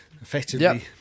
effectively